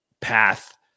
path